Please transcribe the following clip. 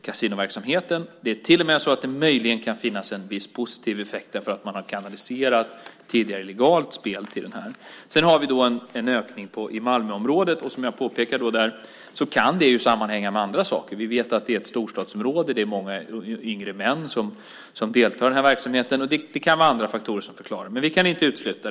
Det är till och med så att det möjligen kan finnas en viss positiv effekt därför att man har kanaliserat tidigare illegalt spel dit. Så har vi en ökning på Malmöområdet. Som jag påpekade kan det sammanhänga med andra saker. Vi vet att det är ett storstadsområde. Det är många yngre män som deltar i den här verksamheten. Det kan vara andra faktorer som förklarar det, det kan vi inte utesluta.